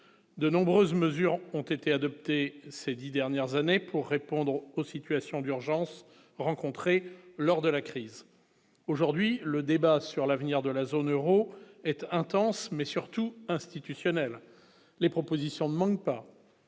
de nombreuses mesures ont été adoptées ces 10 dernières années pour répondre aux situations d'urgence lors de la crise aujourd'hui le débat sur l'avenir de la zone Euro, être intense mais surtout institutionnels les propositions pas ministre des